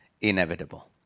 inevitable